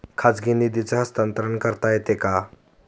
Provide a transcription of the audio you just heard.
खाजगी निधीचे हस्तांतरण करता येते का?